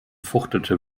fuchtelte